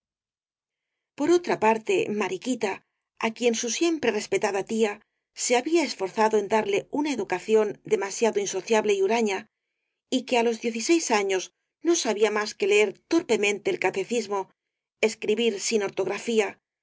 por otra parte mariquita á quien su siempre respetada tía se había esforzado en darle una educación demasiado insociable y huraña y que á los diez y seis años no sabía más que leer torpemente en el catecismo escribir sin ortografía